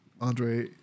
Andre